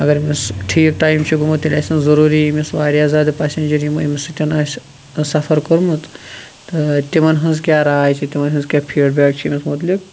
اَگَر أمِس ٹھیٖک ٹایِم چھُ گوٚمُت تیٚلہِ آسن ضروٗری أمِس واریاہ زیادٕ پیسَنجَر یِمو أمِس سۭتۍ آسہِ سَفَر کوٚرمُت تہٕ تِمَن ہِنٛز کیٛاہ راے چھِ تِمَن ہِنٛز کیٛاہ فیٖڑبیک چھِ أمِس مُتعلِق